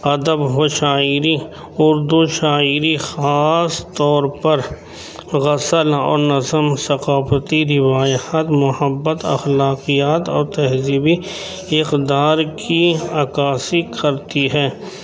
ادب ہو شاعری اردو شاعری خاص طور پر غزل اور نظم ثقافتی روایات محبت اخلاقیات اور تہذیبی اقدار کی عکاسی کرتی ہے